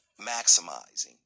maximizing